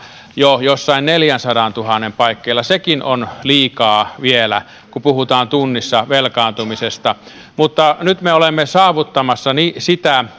jo jossain neljänsadantuhannen paikkeilla sekin on liikaa vielä kun puhutaan tunnissa velkaantumisesta mutta nyt me olemme saavuttamassa sitä